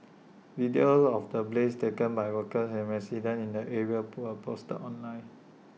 videos of the blaze taken by workers and residents in the area poor posted online